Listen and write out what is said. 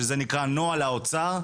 שזה נקרא נוהל האוצר,